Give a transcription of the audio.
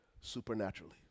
supernaturally